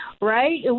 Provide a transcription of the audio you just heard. right